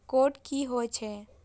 Code की होय छै?